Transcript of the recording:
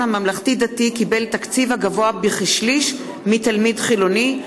הממלכתי-דתי קיבל תקציב הגבוה בכשליש מתלמיד חילוני.